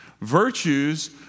Virtues